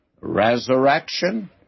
resurrection